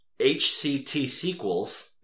HCTsequels